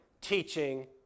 teaching